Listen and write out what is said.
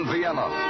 Vienna